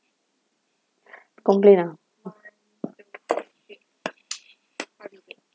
complaint ah